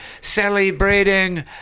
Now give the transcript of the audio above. celebrating